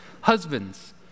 Husbands